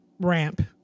ramp